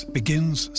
begins